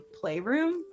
playroom